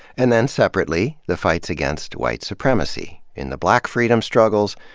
and then, separately, the fights against white supremacy in the black freedom struggles,